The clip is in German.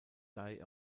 dai